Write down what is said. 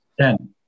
Ten